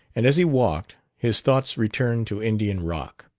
and as he walked his thoughts returned to indian rock.